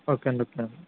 okay అండి okay అండి